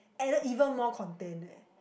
and then even more content eh